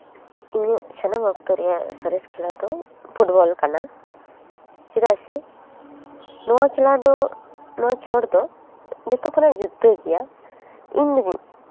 ᱤᱧᱟᱹᱜ ᱥᱟᱱᱟᱢ ᱚᱠᱛᱚ ᱨᱮᱭᱟᱜ ᱥᱚᱨᱮᱥ ᱠᱷᱮᱞᱟ ᱫᱚ ᱯᱷᱩᱴᱵᱚᱞ ᱠᱟᱱᱟ ᱪᱮᱫᱟᱜ ᱥᱮ ᱱᱚᱣᱟ ᱠᱷᱮᱞᱟ ᱫᱚ ᱱᱚᱣᱟ ᱠᱷᱮᱞᱚᱰ ᱫᱚ ᱡᱚᱛᱚ ᱠᱷᱚᱱᱟᱜ ᱡᱩᱫᱟᱹ ᱜᱮᱭᱟ ᱤᱧ ᱡᱩᱫᱤ